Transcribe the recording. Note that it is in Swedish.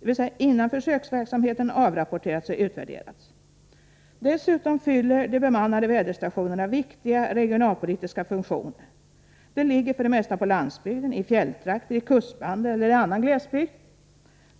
dvs. innan försöksverksamheten avrapporterats och utvärderats. Dessutom fyller de bemannade väderstationerna viktiga regionalpolitiska funktioner. De ligger för det mesta på landsbygden, i fjälltrakter, i kustbanden eller i annan glesbygd.